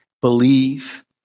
Believe